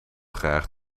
graag